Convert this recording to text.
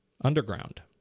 underground